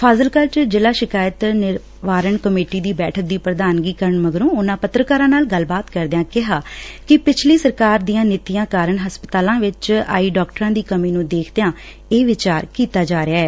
ਫਾਜ਼ਿਲਕਾ ਚ ਜ਼ਿਲ੍ਹਾ ਸ਼ਿਕਾਇਤ ਨਿਵਾਰਣ ਕਮੇਟੀ ਦੀ ਬੈਠਕ ਦੀ ਪ੍ਰਧਾਨਗੀ ਕਰਨ ਮਗਰੋ ਉਨ੍ਹਾਂ ਪੱਤਰਕਾਰਾਂ ਨਾਲ ਗੱਲਬਾਤ ਕਰਦਿਆਂ ਕਿਹਾ ਕਿ ਪਿਛਲੀ ਸਰਕਾਰ ਦੀਆਂ ਨੀਤੀਆਂ ਕਾਰਨ ਹਸਪਤਾਲਾਂ ਵਿਚ ਆਈ ਡਾਕਟਰਾਂ ਦੀ ਕਮੀ ਨੂੰ ਦੇਖਦਿਆਂ ਇਹ ਵਿਚਾਰ ਕੀਤਾ ਜਾ ਰਿਹੈ